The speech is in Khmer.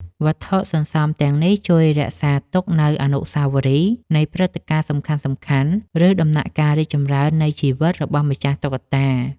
វត្ថុសន្សំទាំងនេះជួយរក្សាទុកនូវអនុស្សាវរីយ៍នៃព្រឹត្តិការណ៍សំខាន់ៗ ឬដំណាក់កាលរីកចម្រើននៃជីវិតរបស់ម្ចាស់តុក្កតា។